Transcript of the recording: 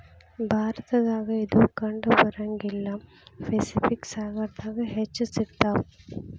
ಭಾರತದಾಗ ಇದು ಕಂಡಬರಂಗಿಲ್ಲಾ ಪೆಸಿಫಿಕ್ ಸಾಗರದಾಗ ಹೆಚ್ಚ ಸಿಗತಾವ